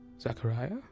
zachariah